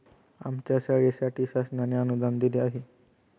आमच्या शाळेसाठी शासनाने अनुदान दिले आहे